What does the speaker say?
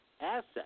assets